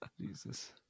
Jesus